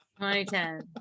2010